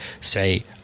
say